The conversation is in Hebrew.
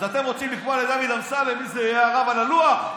אז אתם רוצים לקבוע לדוד אמסלם מי יהיה הרב על הלוח?